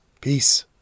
peace